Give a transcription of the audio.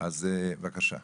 בבקשה תציגו.